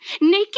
naked